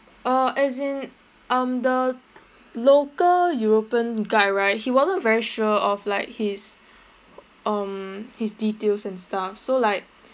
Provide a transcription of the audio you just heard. uh as in um the local european guide right he wasn't very sure of like his um his details and stuff so like